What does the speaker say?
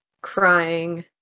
crying